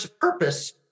purpose